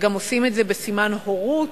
וגם עושים את זה בסימן הורות,